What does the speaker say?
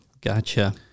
Gotcha